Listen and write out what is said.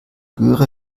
göre